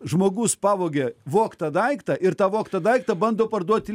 žmogus pavogė vogtą daiktą ir tą vogtą daiktą bando parduoti